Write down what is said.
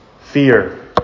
fear